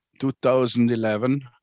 2011